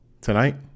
tonight